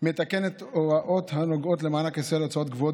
מתקנת הוראות הנוגעות למענק הסיוע להוצאות קבועות